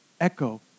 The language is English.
echo